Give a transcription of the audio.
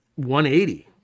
180